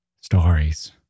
stories